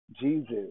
Jesus